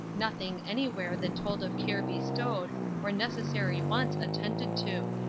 nothing anywhere that told of care bestowed or necessary wants attended to.